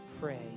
pray